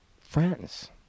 friends